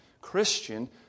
Christian